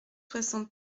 soixante